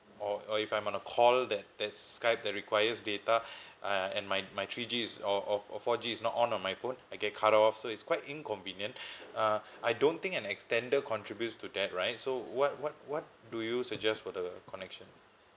or or if I'm on a call that that Skype that requires data uh and my my three G is off or or four G is not on on my phone I get cut off so it's quite inconvenient uh I don't think an extender contributes to that right so what what what do you suggest for the connection